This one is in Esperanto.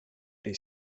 pli